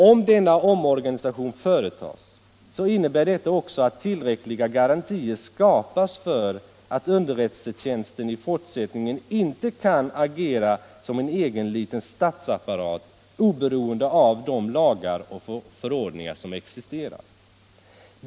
Om denna omorganisation företas så innebär det också att tillräckliga garantier skapas för att underrättelsetjänsten i fortsättningen inte kan agera som en egen liten statsapparat oberoende av de lagar och förordningar som existerar.